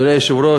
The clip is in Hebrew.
אדוני היושב-ראש,